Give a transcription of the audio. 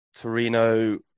Torino